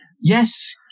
Yes